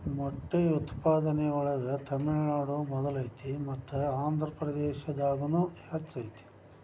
ಮೊಟ್ಟೆ ಉತ್ಪಾದನೆ ಒಳಗ ತಮಿಳುನಾಡು ಮೊದಲ ಐತಿ ಮತ್ತ ಆಂದ್ರಪ್ರದೇಶದಾಗುನು ಹೆಚ್ಚ ಐತಿ